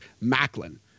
Macklin